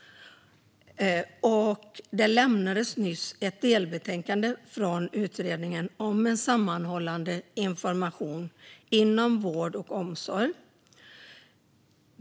Det lämnades nyss ett delbetänkande från Utredningen om sammanhållen information inom vård och omsorg.